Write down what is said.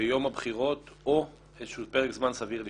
ביום הבחירות או איזשהו פרק זמן סביר לפני.